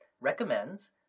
recommends